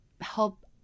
help